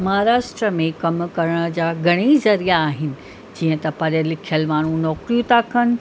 महाराष्ट्र में कम करण जा घणई ज़रिया आहिन जीअं त पढ़ियल लिखियल माण्हूं नौकरी था कनि